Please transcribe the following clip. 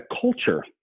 culture